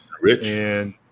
Rich